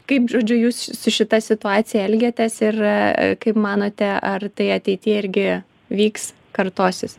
kaip žodžiu jūs su šita situacija elgiatės ir kaip manote ar tai ateityje irgi vyks kartosis